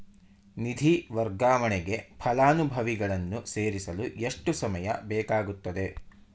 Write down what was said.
ನಿಧಿ ವರ್ಗಾವಣೆಗೆ ಫಲಾನುಭವಿಗಳನ್ನು ಸೇರಿಸಲು ಎಷ್ಟು ಸಮಯ ಬೇಕಾಗುತ್ತದೆ?